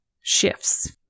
shifts